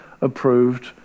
approved